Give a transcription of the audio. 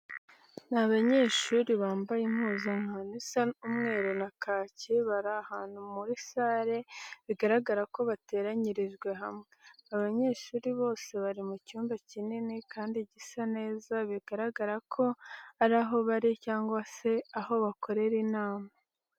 Ni abanyeshuri bambaye impuzankano isa umweru na kake bari ahantumu muri sale bigaragara ko bateranyirijwe hamwe. Aba banyeshuri bose bari mu cyumba kinini cyane kandi gisa neza, biragaragara ko ari aho barira cyangwa se aho bakorera inama.